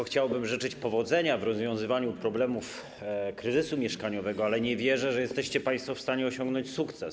Chciałbym życzyć powodzenia w rozwiązywaniu problemu kryzysu mieszkaniowego, ale nie wierzę, że jesteście państwo w stanie osiągnąć sukces.